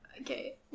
Okay